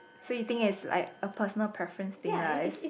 so you think as like a personal preference thing lah as